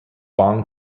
bong